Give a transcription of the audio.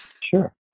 Sure